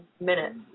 minutes